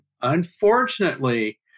unfortunately